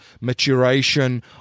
maturation